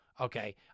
okay